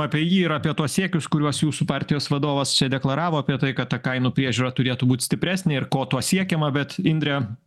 apie jį ir apie tuos siekius kuriuos jūsų partijos vadovas čia deklaravo apie tai kad ta kainų priežiūra turėtų būt stipresnė ir ko tuo siekiama bet indre